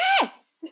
Yes